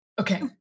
Okay